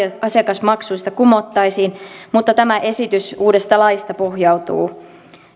asiakasmaksuista kumottaisiin mutta tämä esitys uudesta laista pohjautuu